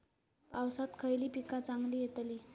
पावसात खयली पीका चांगली येतली?